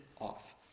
off